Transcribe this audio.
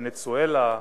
ונצואלה,